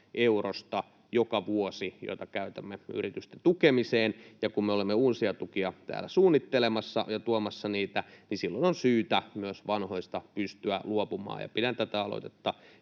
eurosta joka vuosi, jota käytämme yritysten tukemiseen, ja kun me olemme uusia tukia täällä suunnittelemassa ja tuomassa niitä, niin silloin on syytä myös vanhoista pystyä luopumaan. Pidän tätä aloitetta